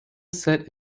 set